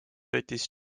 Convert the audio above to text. võttis